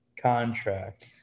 contract